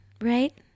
Right